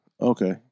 Okay